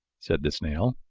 said the snail.